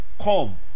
come